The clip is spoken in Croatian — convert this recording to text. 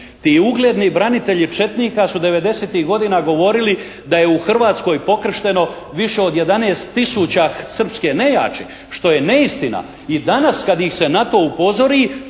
Ti ugledni branitelji četnika su '90.-ih godina govorili da je u Hrvatskoj pokršteno više od 11 tisuća srpske nejači, što je neistina. I danas kad ih se na to upozori